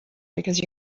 because